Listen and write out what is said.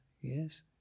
yes